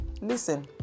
Listen